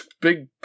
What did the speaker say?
big